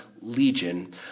Legion